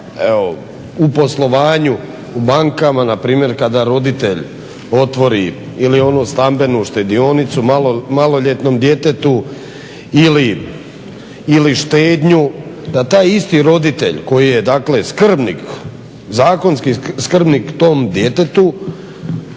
u poslovanju u bankama npr. kada roditelj otvori ili onu stambenu štedionicu maloljetnom djetetu ili štednju da taj isti roditelj koji je dakle skrbnik, zakonski skrbnik tom djetetu